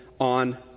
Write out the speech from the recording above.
on